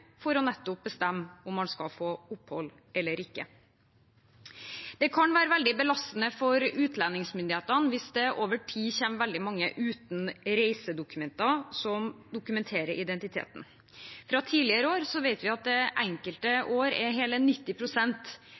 for nettopp å bestemme om man skal få opphold eller ikke. Det kan være veldig belastende for utlendingsmyndighetene hvis det over tid kommer veldig mange uten reisedokumenter som dokumenterer identiteten. Fra tidligere år vet vi at det enkelte år er hele